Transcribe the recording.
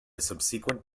subsequent